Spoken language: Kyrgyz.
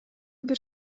бир